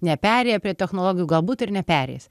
neperėję prie technologijų galbūt ir nepereis